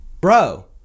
Bro